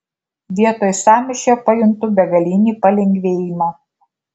vietoj sąmyšio pajuntu begalinį palengvėjimą